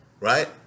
Right